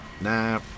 Nah